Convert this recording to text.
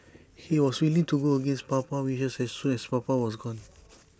he was willing to go against Papa's wishes as soon as papa was gone